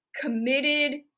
committed